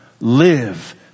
live